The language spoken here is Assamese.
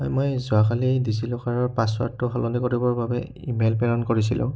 হয় মই যোৱাকালি ডিজিলকাৰৰ পাছৱৰ্ডটো সলনি কৰিবৰ বাবে ইমেইল প্ৰেৰণ কৰিছিলোঁ